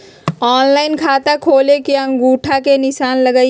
Online खाता खोले में अंगूठा के निशान लगहई?